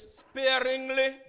sparingly